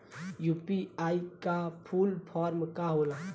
UPI का full form का होला?